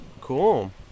Cool